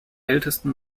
ältesten